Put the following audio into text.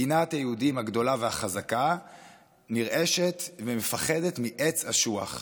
מדינת היהודים הגדולה והחזקה נרעשת ומפחדת מעץ אשוח.